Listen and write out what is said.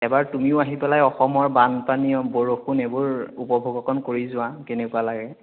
এবাৰ তুমিও আহি পেলাই অসমৰ বানপানী হওক বৰষুণ এইবোৰ উপভোগ অকণ কৰি যোৱা কেনেকুৱা লাগে